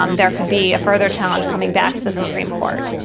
um there could be a further challenge coming back to the supreme court.